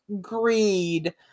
Greed